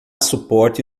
suporte